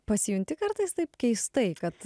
pasijunti kartais taip keistai kad